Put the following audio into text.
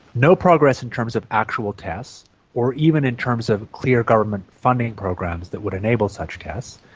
no progress in terms of actual tests or even in terms of clear government funding programs that would enable such tests.